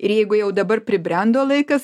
ir jeigu jau dabar pribrendo laikas